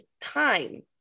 time